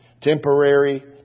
Temporary